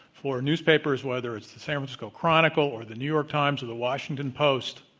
for newspapers whether it's the san francisco chronicle or the new york times or the washington post,